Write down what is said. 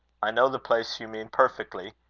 i know the place you mean perfectly,